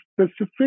specific